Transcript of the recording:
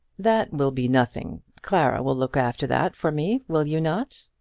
that will be nothing. clara will look after that for me will you not?